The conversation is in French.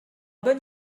bonne